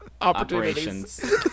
...opportunities